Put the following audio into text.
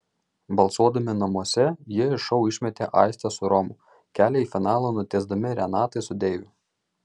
balsuodami namuose jie iš šou išmetė aistę su romu kelią į finalą nutiesdami renatai su deiviu